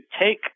take